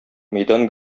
мәйдан